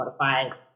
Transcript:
Spotify